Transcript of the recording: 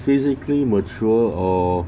physically mature or